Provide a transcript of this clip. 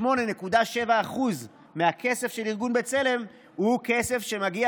98.7% מהכסף של ארגון בצלם הוא כסף שמגיע